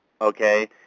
okay